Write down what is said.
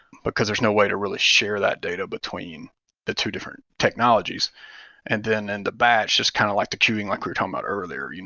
because there's no way to really share that data between the two different technologies and then and the batch, just kind of like the queueing like we were talking um about earlier. you know